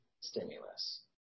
stimulus